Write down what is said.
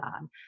on